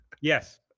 Yes